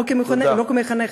לא כמחנכת.